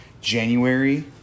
January